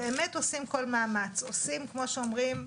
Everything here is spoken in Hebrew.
באמת עושים כל מאמץ, עושים, כמו שאומרים,